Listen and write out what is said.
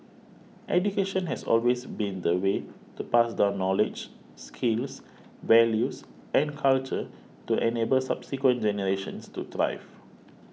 education has always been the way to pass down knowledge skills values and culture to enable subsequent generations to thrive